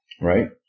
right